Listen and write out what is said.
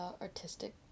artistic